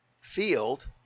field